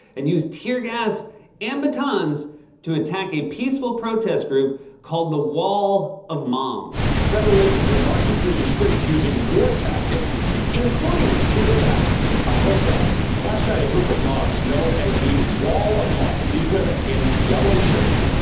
and used tear gas and batons to attack a peaceful protest group called the wall of moms. federal agents are marching through the streets using war tactics including tear gas on protesters. last night, a group of moms, known as the wall of moms, these women in yellow shirts,